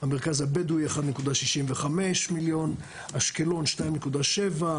המרכז הבדואי 1.65 מיליון, אשקלון 2.7,